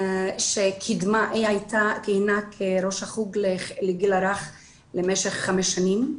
היא כיהנה כראש החוג לגיל הרך במשך חמש שנים,